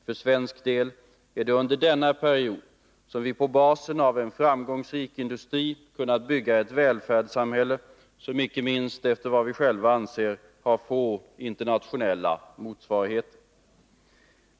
För svensk del är det under denna period som vi på basen av en framgångsrik industri kunnat bygga ett välfärdssamhälle som — icke minst enligt vad vi själva anser — har få internationella motsvarigheter.